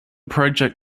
project